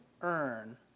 earn